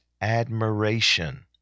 admiration